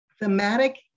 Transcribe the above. thematic